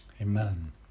Amen